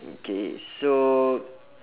okay so